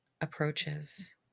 approaches